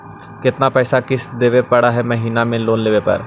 कितना पैसा किस्त देने पड़ है महीना में लोन लेने पर?